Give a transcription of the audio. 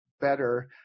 better